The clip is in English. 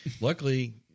luckily